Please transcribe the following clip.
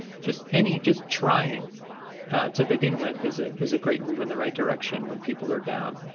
just any, just trying to begin with, is ah is a great move in the right direction, when people are down.